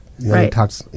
Right